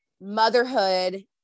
motherhood